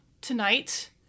tonight